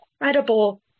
incredible